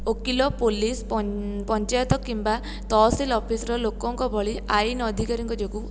ଓକିଲ ପୋଲିସ ପଞ୍ଚାୟତ କିମ୍ବା ତହସିଲ ଅଫିସର ଲୋକଙ୍କ ଭଳି ଆଇନ୍ ଅଧିକାରୀଙ୍କ ଯୋଗୁଁ